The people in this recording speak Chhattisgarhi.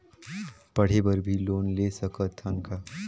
पढ़े बर भी लोन ले सकत हन का?